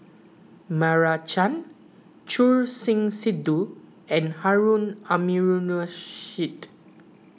Meira Chand Choor Singh Sidhu and Harun Aminurrashid